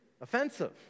offensive